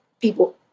people